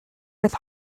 with